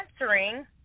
answering